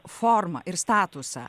formą ir statusą